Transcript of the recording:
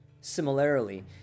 Similarly